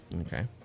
Okay